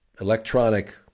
electronic